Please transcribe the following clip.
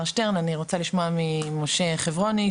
אני רוצה לשמוע ממשה חברוני,